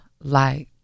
light